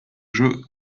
jeux